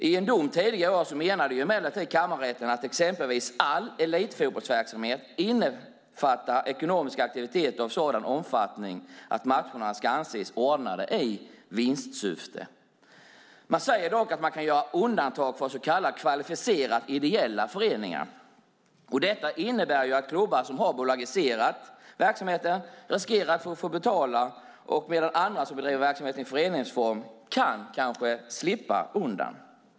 I en dom tidigare i år menade emellertid kammarrätten att exempelvis all elitfotbollsverksamhet innefattar ekonomisk aktivitet av sådan omfattning att matcherna ska anses ordnade i vinstsyfte. Man säger dock att man kan göra undantag för så kallat kvalificerat ideella föreningar. Detta innebär att klubbar som har bolagiserat verksamheten riskerar att få betala medan andra som bedriver verksamheten i föreningsform kan slippa undan.